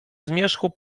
zmierzchu